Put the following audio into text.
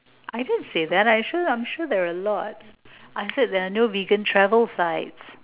I didn't say that I'm sure I'm sure there are a lot I said there are no vegan travel sites